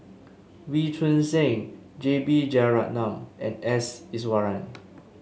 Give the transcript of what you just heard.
Wee Choon Seng J B Jeyaretnam and S Iswaran